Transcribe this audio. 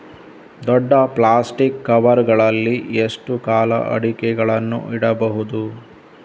ದೊಡ್ಡ plastic cover ಗಳಲ್ಲಿ ಎಷ್ಟು ಕಾಲ ಅಡಿಕೆಗಳನ್ನು ಇಡಬಹುದು?